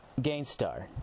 Gainstar